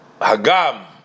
Hagam